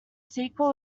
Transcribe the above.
sequel